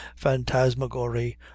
phantasmagory